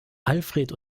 alfred